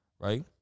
Right